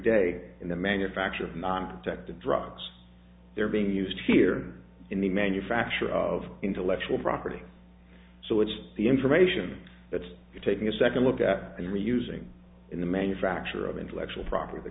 day in the manufacture of non protected drugs they're being used here in the manufacture of intellectual property so it's the information that's taking a second look at and reusing in the manufacture of intellectual property the